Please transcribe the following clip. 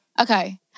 okay